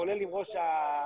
כולל עם ראש הממשלה,